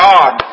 God